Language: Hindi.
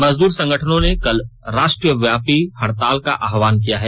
मजदूर संगठनों ने कल राष्ट्रव्यापी हड़ताल का आहवान किया है